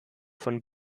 von